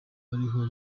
ariho